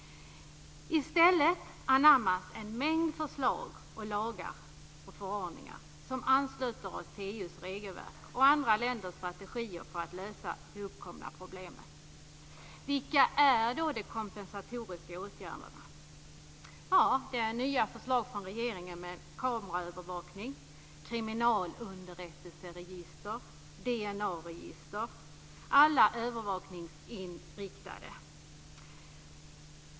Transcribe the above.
I stället anammas en mängd förslag, lagar och förordningar, som ansluter oss till EU:s regelverk och andra länders strategier för att lösa de uppkomna problemen. Vilka är då de kompensatoriska åtgärderna? Det är nya förslag från regeringen om kameraövervakning, kriminalunderrättelseregister och DNA-register, alla övervakningsinriktade.